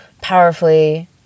powerfully